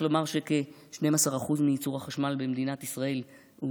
צריך לומר שכ-12% מייצור החשמל במדינת ישראל הוא